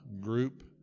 group